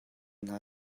hna